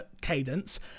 cadence